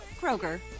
Kroger